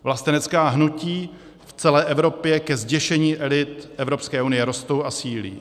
Vlastenecká hnutí v celé Evropě ke zděšení elit Evropské unie rostou a sílí.